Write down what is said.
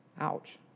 Ouch